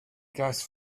gas